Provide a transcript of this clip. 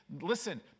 Listen